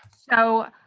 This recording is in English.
so,